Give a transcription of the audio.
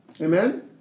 Amen